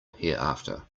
hereafter